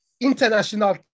international